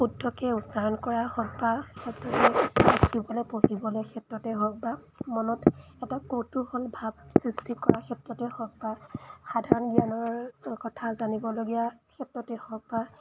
শুদ্ধকৈ উচ্চাৰণ কৰাই হওক বা সকলো ক্ষেত্ৰতে ৰাখিবলৈ পঢ়িবলৈ ক্ষেত্ৰতেই হওক বা মনত এটা কৌতুহল ভাৱ সৃষ্টি কৰা ক্ষেত্ৰতেই হওক বা সাধাৰণ জ্ঞানৰ কথা জানিবলগীয়া ক্ষেত্ৰতেই হওক বা